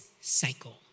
cycle